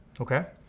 okay?